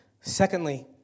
Secondly